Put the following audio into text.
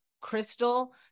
Crystal